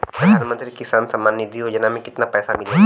प्रधान मंत्री किसान सम्मान निधि योजना में कितना पैसा मिलेला?